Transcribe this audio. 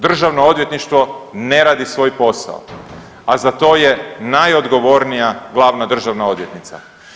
Državno odvjetništvo ne radi svoj posao, a za to je najodgovornija glavna državna odvjetnica.